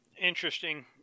Interesting